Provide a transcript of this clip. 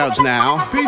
now